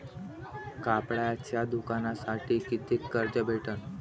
कापडाच्या दुकानासाठी कितीक कर्ज भेटन?